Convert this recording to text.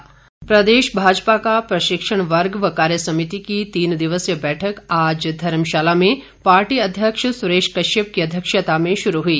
भाजपा प्रदेश भाजपा का प्रशिक्षण वर्ग व कार्य समिति की तीन दिवसीय बैठक आज धर्मशाला में अध्यक्ष सुरेश कश्यप की अध्यक्षता में शुरू हुई